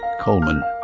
Coleman